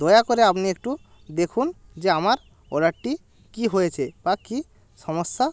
দয়া করে আপনি একটু দেখুন যে আমার অর্ডারটি কী হয়েছে বা কী সমস্যা